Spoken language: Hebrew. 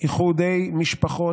איחודי משפחות,